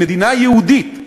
"מדינה יהודית".